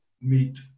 meet